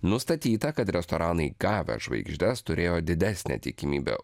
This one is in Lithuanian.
nustatyta kad restoranai gavę žvaigždes turėjo didesnę tikimybę